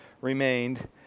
remained